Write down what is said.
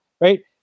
Right